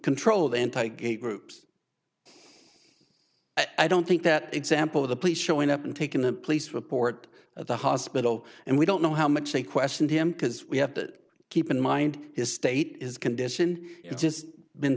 control the anti gay groups i don't think that example of the police showing up and taking the police report at the hospital and we don't know how much they questioned him because we have to keep in mind his state is condition it's just been